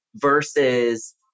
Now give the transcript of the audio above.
versus